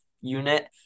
unit